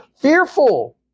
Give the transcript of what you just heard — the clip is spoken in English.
fearful